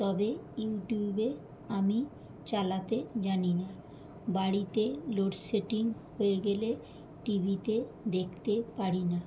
তবে ইউটিউবে আমি চালাতে জানি না বাড়িতে লোডশেডিং হয়ে গেলে টিভিতে দেখতে পারি না